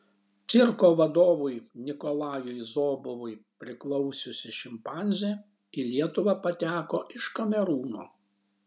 cirko vadovui nikolajui zobovui priklausiusi šimpanzė į lietuvą pateko iš kamerūno